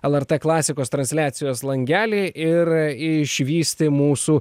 lrt klasikos transliacijos langelį ir išvysti mūsų